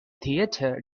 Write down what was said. theatre